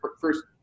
first